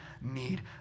need